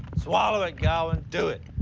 swallow it, godwin. do it.